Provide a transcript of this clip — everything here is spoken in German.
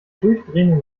durchdrehenden